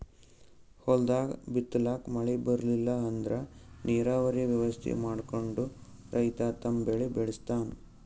ಹೊಲ್ದಾಗ್ ಬಿತ್ತಲಾಕ್ ಮಳಿ ಬರ್ಲಿಲ್ಲ ಅಂದ್ರ ನೀರಾವರಿ ವ್ಯವಸ್ಥೆ ಮಾಡ್ಕೊಂಡ್ ರೈತ ತಮ್ ಬೆಳಿ ಬೆಳಸ್ತಾನ್